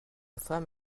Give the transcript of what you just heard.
femme